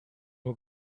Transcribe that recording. nur